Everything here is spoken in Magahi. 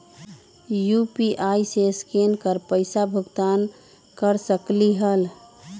यू.पी.आई से स्केन कर पईसा भुगतान कर सकलीहल?